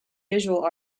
visual